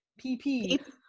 PP